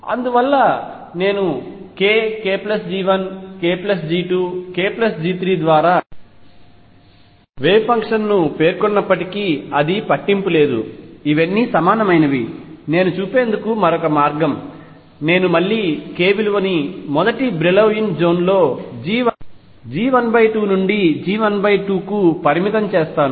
అందువలన నేను k k G1 k G2 k G3 ద్వారా వేవ్ ఫంక్షన్ ను పేర్కొన్నప్పటికీ అది పట్టింపు లేదు ఇవన్నీ సమానమైనవని నేను చూపేందుకు మరొక మార్గం నేను మళ్లీ k విలువని మొదటి బ్రిలౌయిన్ జోన్లో G1 2 నుండి G1 2 వరకు పరిమితం చేస్తాను